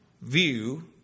view